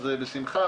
אז בשמחה,